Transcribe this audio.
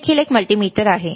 हे देखील एक मल्टीमीटर आहे